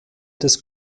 des